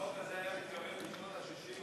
אם החוק הזה היה מתקבל בשנות ה-60,